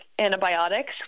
antibiotics